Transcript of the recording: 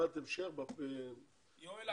הישיבה ננעלה בשעה 11:53.